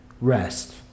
rest